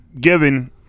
given